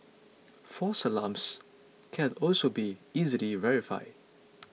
false alarms can also be easily verified